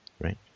Right